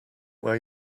wear